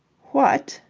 what,